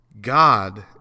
God